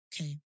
Okay